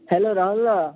hello Rahul the